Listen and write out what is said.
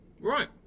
Right